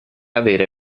avere